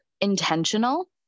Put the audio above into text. intentional